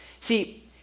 See